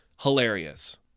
Hilarious